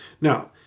Now